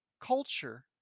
culture